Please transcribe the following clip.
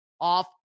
off